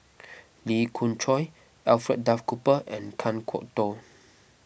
Lee Khoon Choy Alfred Duff Cooper and Kan Kwok Toh